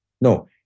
no